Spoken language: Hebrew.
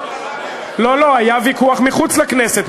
לא, לא, היה ויכוח מחוץ לכנסת.